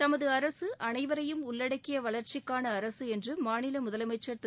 தமது அரசு அனைவரையும் உள்ளடக்கிய வளர்க்சிக்கான அரசு என்று மாநில முதலமைச்சர் திரு